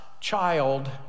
child